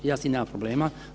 Ja s tim nemam problema.